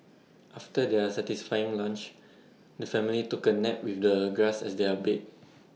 after their satisfying lunch the family took A nap with the grass as their bed